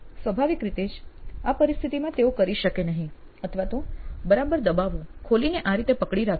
સ્વાભાવિક રીતે જ તેઓ આ પરિસ્થિતિમાં તેઓ કરી શકે નહિ અથવા તો "બરાબર દબાવો" ખોલીને આ રીતે પકડી રાખે